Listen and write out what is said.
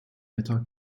wetter